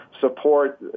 support